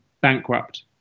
bankrupt